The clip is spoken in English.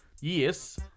yes